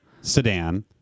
sedan